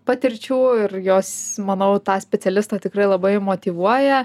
patirčių ir jos manau tą specialistą tikrai labai motyvuoja